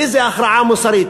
איזו הכרעה מוסרית,